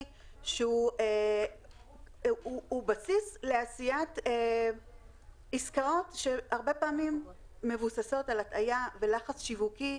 שהוא בסיס לעשיית עסקאות שהרבה פעמים מבוססות על הטעיה ולחץ שיווקי,